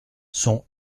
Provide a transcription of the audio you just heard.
son